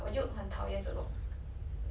!wah! then